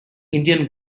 indian